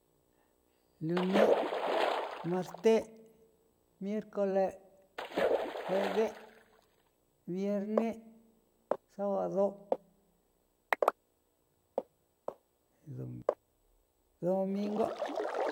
Lune', marte', miercole', jueve', vierne', sabado', domingo'.